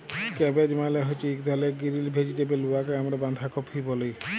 cabbage মালে হছে ইক ধরলের গিরিল ভেজিটেবল উয়াকে আমরা বাঁধাকফি ব্যলি